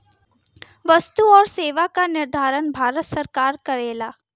वस्तु आउर सेवा कर क निर्धारण भारत सरकार करेला